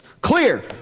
Clear